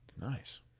Nice